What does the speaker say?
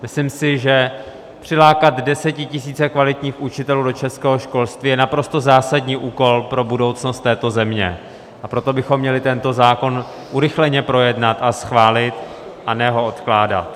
Myslím si, že přilákat desetitisíce kvalitních učitelů do českého školství je naprosto zásadní úkol pro budoucnost této země, a proto bychom měli tento zákon urychleně projednat a schválit, a ne ho odkládat.